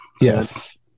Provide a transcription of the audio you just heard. yes